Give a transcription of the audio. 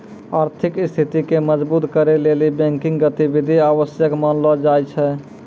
आर्थिक स्थिति के मजबुत करै लेली बैंकिंग गतिविधि आवश्यक मानलो जाय छै